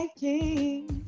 king